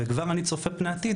וכבר אני צופה את פני העתיד,